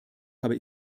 habe